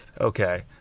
okay